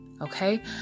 Okay